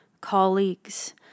colleagues